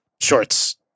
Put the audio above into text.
shorts